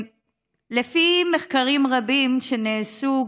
לפי מחקרים רבים שנעשו,